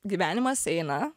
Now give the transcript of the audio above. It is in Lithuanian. gyvenimas eina